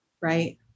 Right